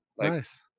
Nice